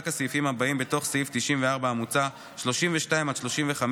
רק הסעיפים הבאים בתוך סעיף 94 המוצע: 32 35,